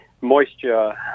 moisture